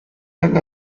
and